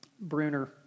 Bruner